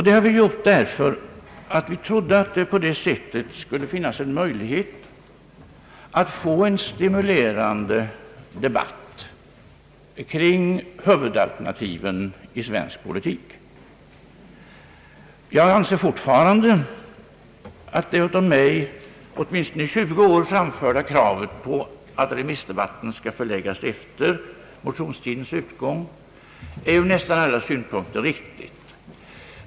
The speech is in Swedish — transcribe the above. Det har vi gjort därför att vi trodde att det på det sättet skulle finnas en möjlighet att få en stimulerande debatt kring huvudalternativen i svensk politik. Jag anser fortfarande att det av mig i åtminstone 20 år framförda kravet att remissdebatten skall förläggas efter motionstidens utgång är ur nästan alla synvinklar riktigt.